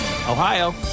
Ohio